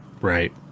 Right